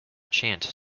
chant